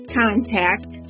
contact